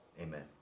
amen